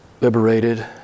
liberated